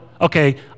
okay